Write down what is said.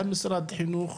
גם משרד החינוך,